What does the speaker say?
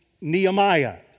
Nehemiah